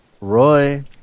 Roy